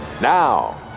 now